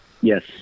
Yes